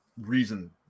reason